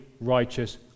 righteous